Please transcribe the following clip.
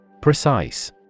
Precise